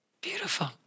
beautiful